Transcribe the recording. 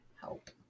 help